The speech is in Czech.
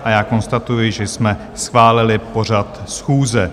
A já konstatuji, že jsme schválili pořad schůze.